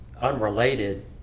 unrelated